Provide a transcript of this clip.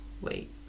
Wait